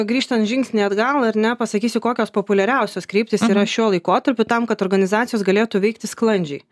grįžtant žingsnį atgal ar ne pasakysiu kokios populiariausios kryptys yra šiuo laikotarpiu tam kad organizacijos galėtų veikti sklandžiai